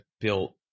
built